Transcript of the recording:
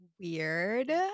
weird